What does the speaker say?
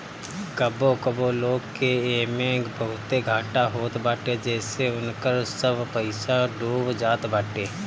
कबो कबो लोग के एमे बहुते घाटा होत बाटे जेसे उनकर सब पईसा डूब जात बाटे